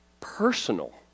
personal